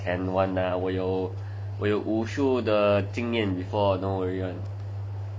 can one lah 我有武术的经验 before then no worry [one]